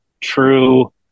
true